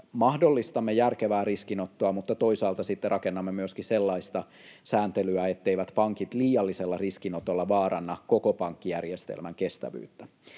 mahdollistamme järkevää riskinottoa mutta toisaalta sitten rakennamme myöskin sellaista sääntelyä, etteivät pankit liiallisella riskinotolla vaaranna koko pankkijärjestelmän kestävyyttä.